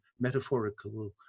metaphorical